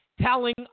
telling